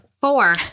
Four